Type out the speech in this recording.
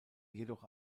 jedoch